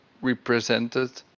represented